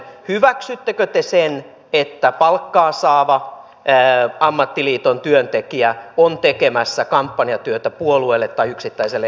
hyväksyttekö te sen että palkkaa saava ammattiliiton työntekijä on tekemässä kampanjatyötä puolueelle tai yksittäiselle ehdokkaalle